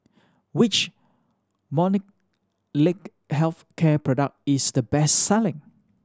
which Molnylcke Health Care product is the best selling